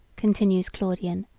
continues claudian,